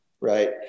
Right